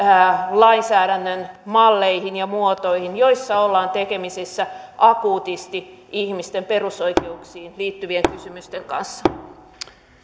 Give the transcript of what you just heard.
lainsäädännön malleihin ja muotoihin joissa ollaan tekemisissä akuutisti ihmisten perusoikeuksiin liittyvien kysymysten kanssa